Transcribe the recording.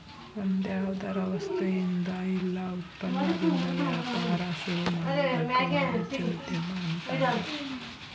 ಒಂದ್ಯಾವ್ದರ ವಸ್ತುಇಂದಾ ಇಲ್ಲಾ ಉತ್ಪನ್ನದಿಂದಾ ವ್ಯಾಪಾರ ಶುರುಮಾಡೊದಕ್ಕ ವಾಣಿಜ್ಯೊದ್ಯಮ ಅನ್ತಾರ